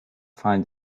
find